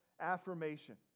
affirmation